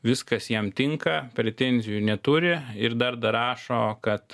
viskas jam tinka pretenzijų neturi ir dar darašo kad